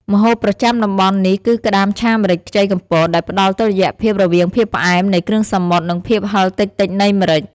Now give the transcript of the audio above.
ម្ហូបប្រចាំតំបន់នេះគឺក្តាមឆាម្រេចខ្ចីកំពត ដែលផ្តល់តុល្យភាពរវាងភាពផ្អែមនៃគ្រឿងសមុទ្រ និងភាពហិរតិចៗនៃម្រេច។